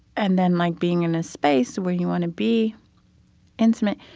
and then like being in a space where you wanna be intimate